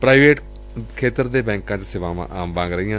private ਖੇਤਰ ਦੇ ਬੈਂਕਾਂ ਚ ਸੇਵਾਵਾਂ ਆਮ ਵਾਂਗ ਰਹੀਆਂ